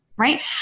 right